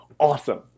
awesome